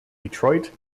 detroit